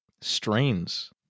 strains